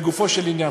לגופו של עניין,